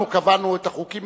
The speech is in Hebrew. אנחנו קבענו את החוקים,